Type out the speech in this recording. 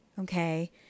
Okay